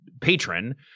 patron